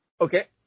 Okay